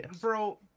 Bro